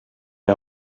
est